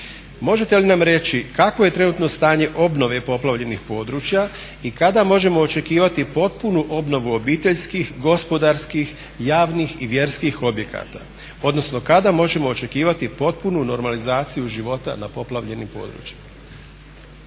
Možete li nam reći kakvo je trenutno stanje obnove poplavljenih područja i kada možemo očekivati potpunu obnovu obiteljskih, gospodarskih, javnih i vjerskih objekata, odnosno kada možemo očekivati potpunu normalizaciju života na poplavljenim područjima.